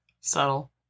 Subtle